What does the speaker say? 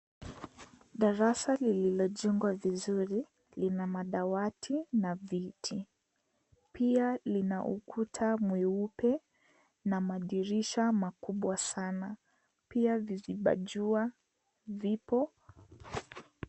Darasa lililojengwa vizuri. Lina madawati na viti. Pia lina ukutu mweupe na madirisha makubwa sana. Pia viziba jua vipo.